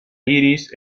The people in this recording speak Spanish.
iris